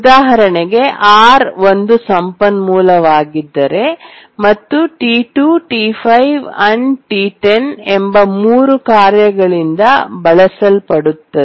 ಉದಾಹರಣೆಗೆ R ಒಂದು ಸಂಪನ್ಮೂಲವಾಗಿದ್ದರೆ ಮತ್ತು T2 T5 ಮತ್ತು T10 ಎಂಬ 3 ಕಾರ್ಯಗಳಿಂದ ಬಳಸಲ್ಪಡುತ್ತದೆ